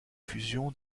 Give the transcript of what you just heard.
fusion